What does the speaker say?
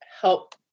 help